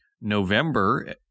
November